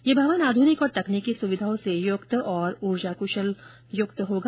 ये भवन आध्रनिक और तकनीकी सुविधाओं से युक्त तथा ऊर्जा कुशल होगा